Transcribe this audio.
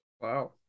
wow